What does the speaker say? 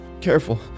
careful